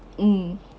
mm